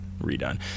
redone